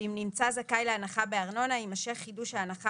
ואם נמצא זכאי להנחה בארנונה - יימשך חידוש ההנחה